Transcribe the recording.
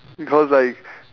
because like